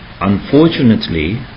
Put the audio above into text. unfortunately